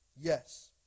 yes